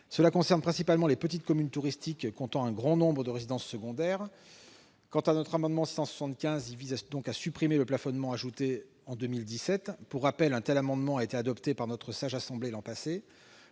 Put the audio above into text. Cela concerne principalement les petites communes touristiques comptant un grand nombre de résidences secondaires. L'amendement n° II-675 rectifié vise à supprimer le plafonnement introduit en 2017. Pour rappel, un tel amendement a été adopté par notre sage assemblée l'an